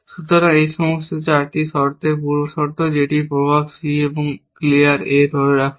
সুতরাং এই সমস্ত 4টি শর্তের পূর্বশর্ত যেটির প্রভাব C এবং ক্লিয়ার A ধরে রাখে